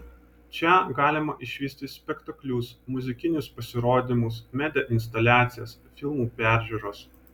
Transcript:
čia galima išvysti spektaklius muzikinius pasirodymus media instaliacijas filmų peržiūras